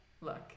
Look